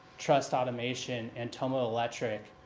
trust automation, and thoma electric.